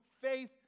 faith